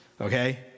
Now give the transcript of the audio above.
okay